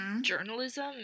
journalism